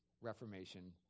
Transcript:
Reformation